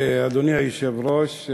אדוני היושב-ראש,